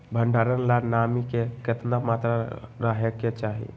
भंडारण ला नामी के केतना मात्रा राहेके चाही?